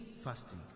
fasting